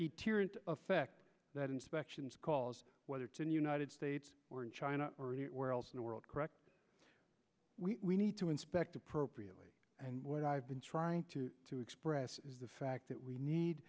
effect that inspections calls whether to the united states or in china or anywhere else in the world correct we need to inspect appropriately and what i've been trying to express is the fact that we need